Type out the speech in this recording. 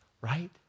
right